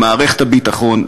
למערכת הביטחון,